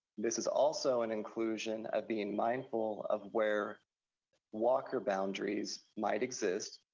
this is also an inclusion of being mindful of where walker boundaries might exist,